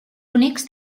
únics